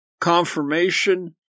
confirmation